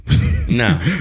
No